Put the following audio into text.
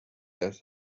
هست